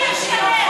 נחמן,